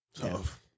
Tough